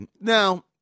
Now